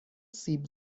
سیب